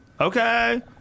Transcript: Okay